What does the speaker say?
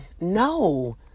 no